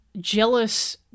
jealous